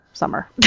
summer